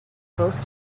both